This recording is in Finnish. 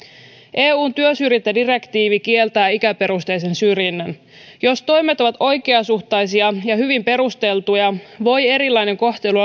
eun työsyrjintädirektiivi kieltää ikäperusteisen syrjinnän jos toimet ovat oikeasuhtaisia ja hyvin perusteltuja voi erilainen kohtelu